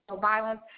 violence